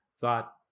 thought